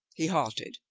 he halted.